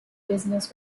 business